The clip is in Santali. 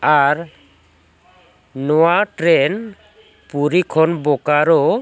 ᱟᱨ ᱱᱚᱣᱟ ᱴᱨᱮᱱ ᱯᱩᱨᱤ ᱠᱷᱚᱱ ᱵᱳᱠᱟᱳ